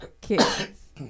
kids